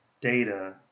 data